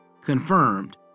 confirmed